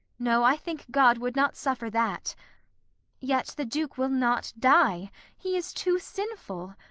no, i think god would not suffer that yet the duke will not die he is too sinful.